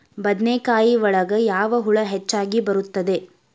ಬದನೆಕಾಯಿ ಒಳಗೆ ಯಾವ ಹುಳ ಹೆಚ್ಚಾಗಿ ಬರುತ್ತದೆ?